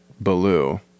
Baloo